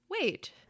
wait